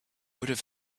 would